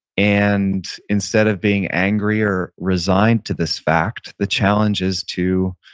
and instead of being angry or resigned to this fact, the challenge is to